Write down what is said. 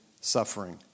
suffering